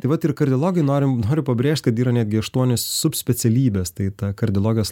taip vat ir kardiologai norim noriu pabrėžt yra netgi aštuonios sub specialybės tai ta kardiologijos